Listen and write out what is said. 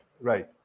right